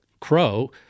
Crow